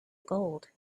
gold